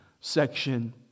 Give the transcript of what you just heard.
section